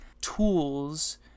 tools